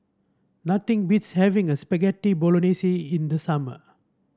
nothing beats having a Spaghetti Bolognese in the summer